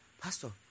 Pastor